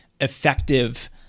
effective